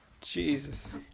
Jesus